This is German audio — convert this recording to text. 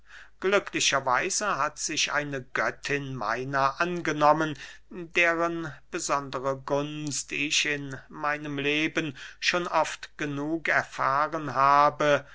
weise hat sich eine göttin meiner angenommen deren besondere gunst ich in meinem leben schon oft genug erfahren habe